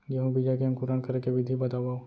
गेहूँ बीजा के अंकुरण करे के विधि बतावव?